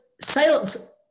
sales